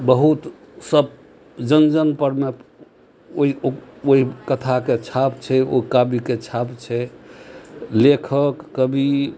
बहुत सब जन जन परमे ओइ ओइ कथाके छाप छै ओइ कविके छाप छै लेखक कवि